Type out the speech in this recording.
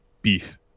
beef